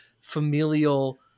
familial